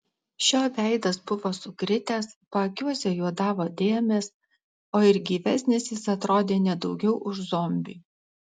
šio veidas buvo sukritęs paakiuose juodavo dėmės o ir gyvesnis jis atrodė ne daugiau už zombį